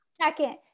Second